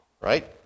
right